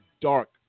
dark